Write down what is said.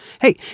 Hey